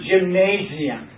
gymnasium